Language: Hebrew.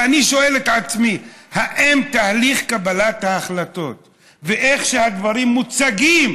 ואני שואל את עצמי: האם תהליך קבלת ההחלטות ואיך שהדברים מוצגים